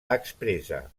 expressa